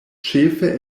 ĉefe